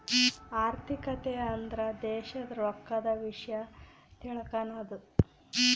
ಆರ್ಥಿಕತೆ ಅಂದ್ರ ದೇಶದ್ ರೊಕ್ಕದ ವಿಷ್ಯ ತಿಳಕನದು